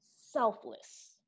selfless